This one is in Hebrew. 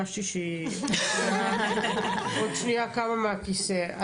הרגשתי שהיא עוד שנייה קמה מהכיסא.